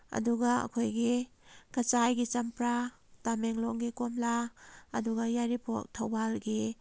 ꯑꯗꯨꯒ ꯑꯩꯈꯣꯏꯒꯤ ꯀꯆꯥꯏꯒꯤ ꯆꯝꯄ꯭ꯔꯥ ꯇꯥꯃꯦꯡꯂꯣꯡꯒꯤ ꯀꯣꯝꯂꯥ ꯑꯗꯨꯒ ꯌꯥꯏꯔꯤꯄꯣꯛ ꯊꯧꯕꯥꯜꯒꯤ